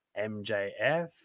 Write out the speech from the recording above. MJF